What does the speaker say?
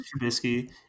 Trubisky